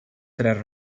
tres